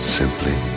simply